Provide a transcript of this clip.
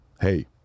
hey